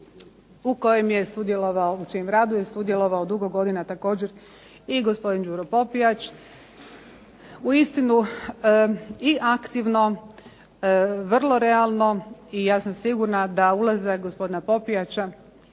socijalnog vijeća u čijem radu je sudjelovao dugo godina također i gospodin Đuro Popijač, uistinu i aktivno vrlo realno i ja sam sigurna da ulazak gospodina Popijača,